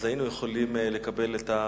אז היינו יכולים לקבל את הדברים.